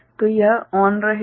तो यह चालू रहेगा